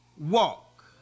walk